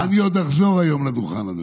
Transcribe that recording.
אני עוד אחזור היום לדוכן, אדוני.